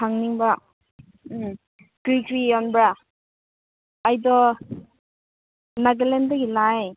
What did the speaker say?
ꯍꯪꯅꯤꯡꯕ ꯀꯔꯤ ꯀꯔꯤ ꯌꯣꯟꯕ꯭ꯔꯥ ꯑꯩꯗꯣ ꯅꯥꯒꯥꯂꯦꯟꯗꯒꯤ ꯂꯥꯛꯑꯦ